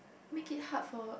make it hard for